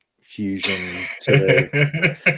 fusion